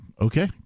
okay